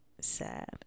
Sad